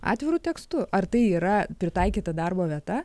atviru tekstu ar tai yra pritaikyta darbo vieta